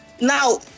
now